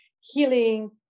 healing